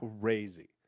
crazy